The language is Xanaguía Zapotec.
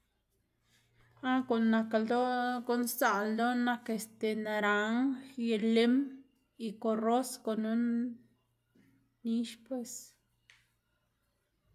Ah guꞌn nak ldoꞌ, guꞌn sdzaꞌl ldoná nak este naranj y lim y koros gunu nix pues.